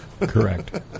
Correct